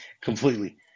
completely